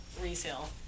resale